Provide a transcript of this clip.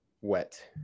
wet